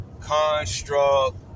construct